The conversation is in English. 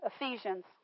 Ephesians